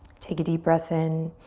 take a deep breath in.